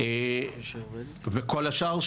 וכל השאר,